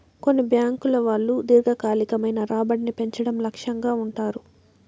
కొన్ని బ్యాంకుల వాళ్ళు దీర్ఘకాలికమైన రాబడిని పెంచడం లక్ష్యంగా ఉంటారు